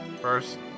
first